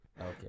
Okay